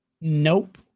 nope